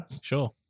Sure